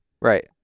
right